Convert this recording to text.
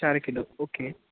चार kilo okay